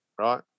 right